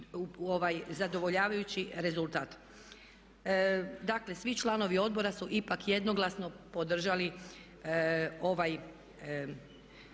zadovoljavajući rezultat. Dakle svi članovi odbora su ipak jednoglasno podržali ovaj